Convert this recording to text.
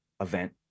event